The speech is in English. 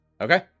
Okay